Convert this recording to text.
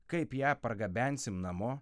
kaip ją pargabensim namo